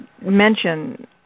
mention